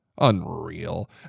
Unreal